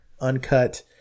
uncut